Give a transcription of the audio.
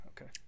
okay